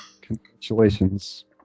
Congratulations